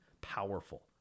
powerful